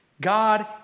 God